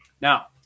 now